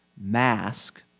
mask